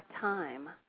time